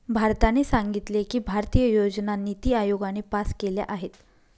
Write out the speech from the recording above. भारताने सांगितले की, भारतीय योजना निती आयोगाने पास केल्या आहेत